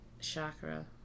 chakra